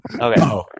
Okay